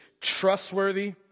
trustworthy